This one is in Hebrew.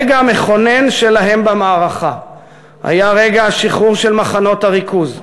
הרגע המכונן שלהם במערכה היה רגע השחרור של מחנות הריכוז.